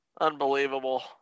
Unbelievable